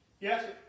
Yes